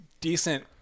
decent